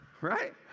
Right